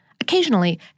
Occasionally